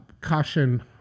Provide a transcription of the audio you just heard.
caution